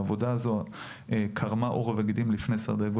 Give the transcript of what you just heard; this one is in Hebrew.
העבודה הזאת קרמה עור וגידים לפני כשנה,